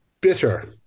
bitter